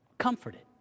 Comforted